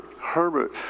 Herbert